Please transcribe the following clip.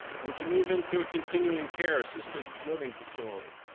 would you move into a continuing care assisted living facility?